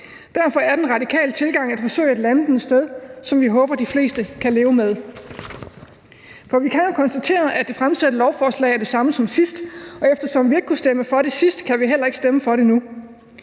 Derfor er den radikale tilgang at forsøge at lande det et sted, som vi håber de fleste kan leve med. For vi kan jo konstatere, at det fremsatte lovforslag er det samme som sidst, og eftersom vi ikke kunne stemme for det sidst, kan vi heller ikke stemme for det nu.